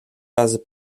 razy